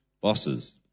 bosses